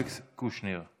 אחריו, חבר הכנסת אלכס קושניר.